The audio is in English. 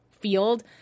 field—